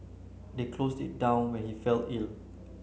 they closed it down when he fell ill